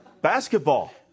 Basketball